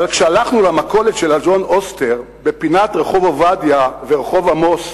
אבל כשהלכנו למכולת של אדון אוסטר בפינת רחוב עובדיה ורחוב עמוס,